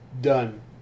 done